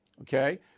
okay